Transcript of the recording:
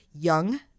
Young